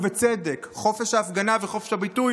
ובצדק: חופש ההפגנה וחופש הביטוי